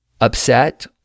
upset